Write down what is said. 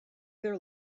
their